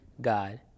God